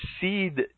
seed